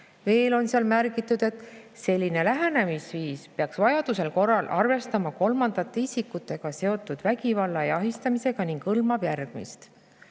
Veel on seal märgitud, et selline lähenemisviis peaks vajaduse korral arvestama kolmandate isikutega seotud vägivalla ja ahistamisega ning hõlmab järgmist: